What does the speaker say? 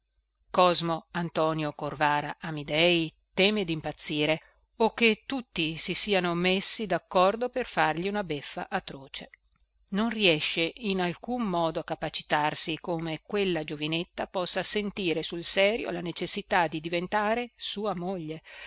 cosmo antonio corvara amidei teme dimpazzire o che tutti si siano messi daccordo per fargli una beffa atroce non riesce in alcun modo a capacitarsi come quella giovinetta possa sentire sul serio la necessità di diventare sua moglie